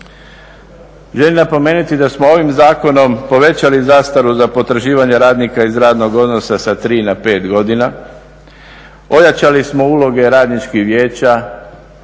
Želim napomenuti da smo ovim zakonom povećali zastaru za potraživanja radnika iz radnog odnosa sa 3 na 5 godina, ojačali smo uloge radničkih vijeća,